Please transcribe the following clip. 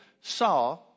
saw